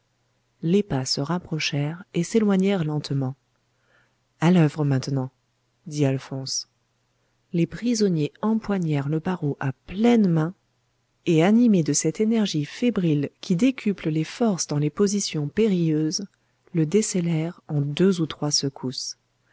les pas se rapprochèrent et s'éloignèrent lentement a l'oeuvre maintenant dit alphonse les prisonniers empoignèrent le barreau à pleines mains et animés de cette énergie fébrile qui décuple les forces dans les positions périlleuses le descellèrent en deux ou trois secousses